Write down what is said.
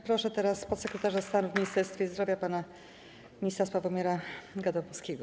Proszę podsekretarza stanu w Ministerstwie Zdrowia pana ministra Sławomira Gadomskiego.